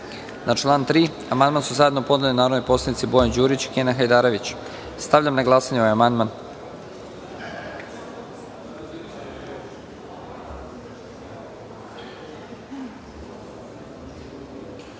član 2. amandman su zajedno podneli narodni poslanici Bojan Đurić i Kenan Hajdarević. Stavljam na glasanje ovaj amandman. Molim